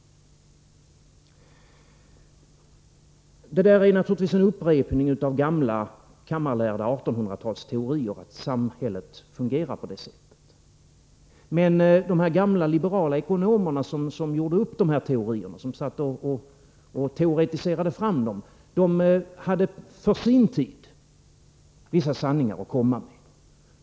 Det där är naturligtvis en upprepning av gamla kammarlärda 1800 talsteorier om att samhället fungerar på det sättet. Men de gamla liberala ekonomerna, som teoretiserade fram de här teorierna hade på sin tid vissa sanningar att komma med.